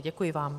Děkuji vám.